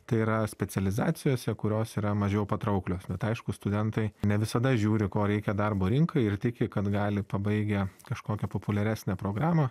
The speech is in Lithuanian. tai yra specializacijose kurios yra mažiau patrauklios bet aišku studentai ne visada žiūri ko reikia darbo rinkai ir tiki kad gali pabaigę kažkokią populiaresnę programą